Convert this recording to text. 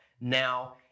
now